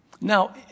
Now